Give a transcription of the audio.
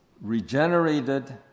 regenerated